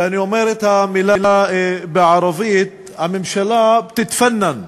ואני אומר את המילה בערבית, הממשלה תתפאנן.